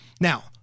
Now